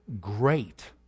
great